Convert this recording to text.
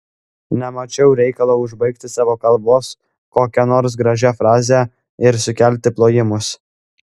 nemačiau reikalo užbaigti savo kalbos kokia nors gražia fraze ir sukelti plojimus